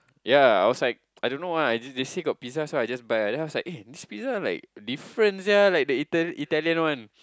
yea I was like I don't know lah it's just they say got pizza so I just buy then I was like this pizza is different sia like the ital~ Italian ones